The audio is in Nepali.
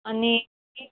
अनि